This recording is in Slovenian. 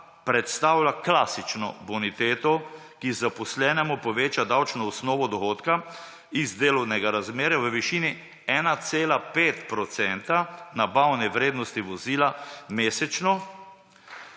predstavlja klasično boniteto, ki zaposlenemu poveča davčno osnovo dohodka iz delovnega razmerja v višini 1,5 % nabavne vrednosti vozila mesečno.